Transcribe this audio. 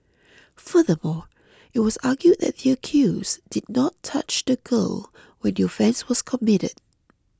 furthermore it was argued that the accused did not touch the girl when your offence was committed